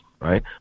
right